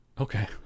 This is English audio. okay